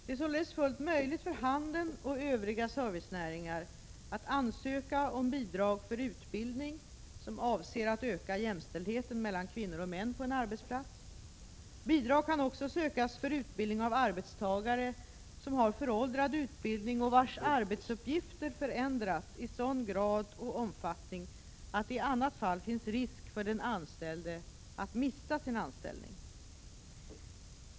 Det är således fullt möjligt för handeln och den övriga servicenäringen att ansöka om bidrag för utbildning som avser att öka jämställdheten mellan kvinnor och män på en arbetsplats. Bidrag kan också sökas för utbildning av arbetstagare som har föråldrad utbildning och vars arbetsuppgifter förändras i sådan grad och omfattning att det i annat fall finns risk för den anställde att mista sin anställning.